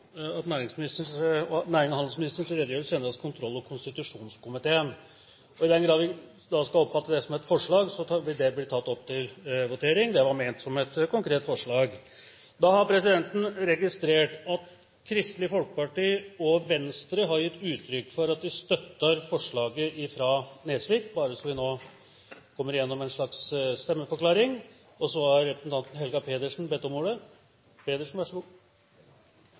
at nærings- og handelsministerens redegjørelse sendes til kontroll- og konstitusjonskomiteen. I den grad vi da skal oppfatte det som et forslag, vil det bli tatt opp til votering – det var ment som et konkret forslag. Da har presidenten registrert at Kristelig Folkeparti og Venstre har gitt uttrykk for at de støtter forslaget fra Harald T. Nesvik – bare så vi nå kommer gjennom en slags stemmeforklaring. Så har representanten Helga Pedersen bedt om ordet.